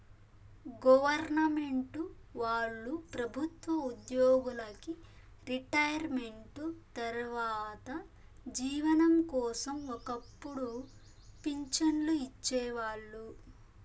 government వాళ్ళు ప్రభుత్వ ఉద్యోగులకి రిటైర్మెంటు తర్వాత జీవనం కోసం ఒక్కపుడు పింఛన్లు ఇచ్చేవాళ్ళు